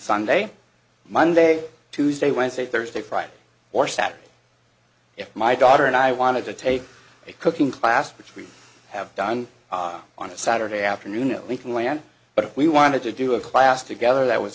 sunday monday tuesday wednesday thursday friday or saturday if my daughter and i wanted to take a cooking class which we have done on a saturday afternoon and we can land but if we wanted to do a class together that was